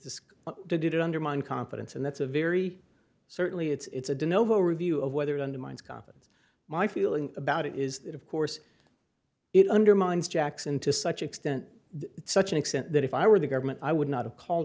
disc did it undermine confidence and that's a very certainly it's a dyno review of whether it undermines confidence my feeling about it is that of course it undermines jackson to such extent such an extent that if i were the government i would not